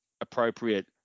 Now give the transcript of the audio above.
appropriate